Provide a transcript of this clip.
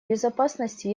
безопасности